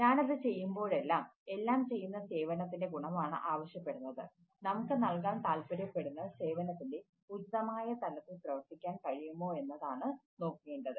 ഞാനത് ചെയ്യുമ്പോഴെല്ലാം എല്ലാം ചെയ്യുന്ന സേവനത്തിൻറെ ഗുണമാണ് ആവശ്യപ്പെടുന്നത് നമുക്ക് നൽകാൻ താൽപ്പര്യപ്പെടുന്ന സേവനത്തിൻറെ ഉചിതമായ തലത്തിൽ പ്രവർത്തിക്കാൻ കഴിയുമോയെന്നാണ് നോക്കേണ്ടത്